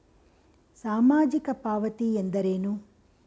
ಸಾಮಾಜಿಕ ಪಾವತಿ ಎಂದರೇನು?